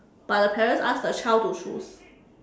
but the parents ask the child to choose